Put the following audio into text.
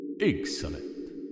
Excellent